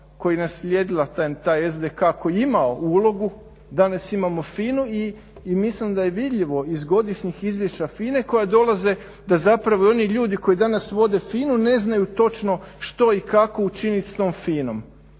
koji je naslijedila taj SDK koji je imao ulogu. Danas imamo FINA-u. I mislim da je vidljivo iz godišnjih izvješća FINA-e koja dolaze da zapravo i oni ljudi koji danas vode FINA-u ne znaju točno što i kako učiniti s tom FINA-om.